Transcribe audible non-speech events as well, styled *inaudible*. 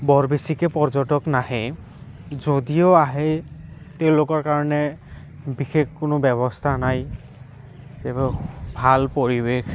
বৰ বেছিকে পৰ্যটক নাহে যদিও আহে তেওঁলোকৰ কাৰণে বিশেষ কোনো ব্যৱস্থা নাই *unintelligible* ভাল পৰিৱেশ